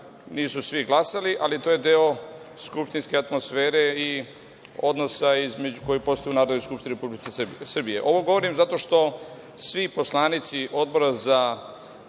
nisu svi glasali, ali to je deo skupštinske atmosfere i odnosa koji postoje u Narodnoj skupštini Republike Srbije. Ovo govorim zato što svi poslanici Odbora za